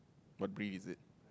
what breed is it